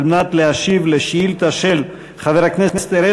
על מנת להשיב על שאילתה של חבר הכנסת אראל